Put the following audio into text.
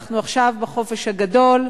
אנחנו עכשיו בחופש הגדול,